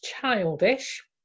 childish